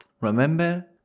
Remember